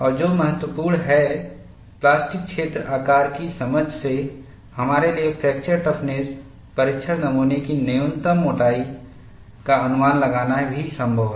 और जो महत्वपूर्ण है प्लास्टिक क्षेत्र आकार की समझ से हमारे लिए फ्रैक्चर टफनेस परीक्षण नमूने की न्यूनतम मोटाई का अनुमान लगाना भी संभव है